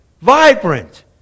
vibrant